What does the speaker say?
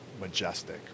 Majestic